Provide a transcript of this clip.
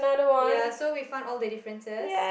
ya so we found all the differences